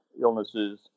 illnesses